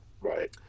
right